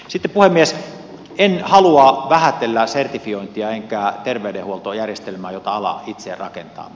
sitten puhemies en halua vähätellä sertifiointia enkä terveydenhuoltojärjestelmää jota ala itse rakentaa